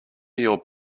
your